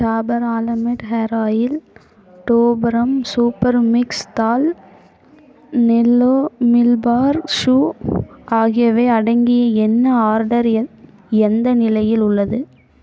Dabur almond hair oil டூபரம் super mix தால் நெல்லோ மில்பார் சூ ஆகியவை அடங்கிய என் ஆர்டர் எந்த எந்த நிலையில் உள்ளது